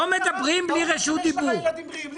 יש לך ילדים בריאים.